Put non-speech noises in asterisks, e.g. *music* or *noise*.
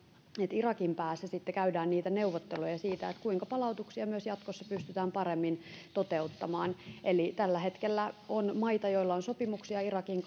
irakin päässä sitten käydään niitä neuvotteluja siitä kuinka palautuksia myös jatkossa pystytään paremmin toteuttamaan eli tällä hetkellä on maita joilla on sopimuksia irakin *unintelligible*